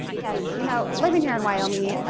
yes. you know, living here in wyoming,